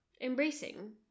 embracing